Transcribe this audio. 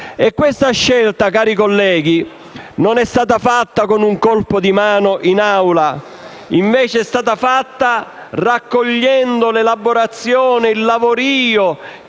E questa scelta, cari colleghi, non è stata fatta con un colpo di mano in Aula, ma è stata fatta raccogliendo l'elaborazione e il lavorìo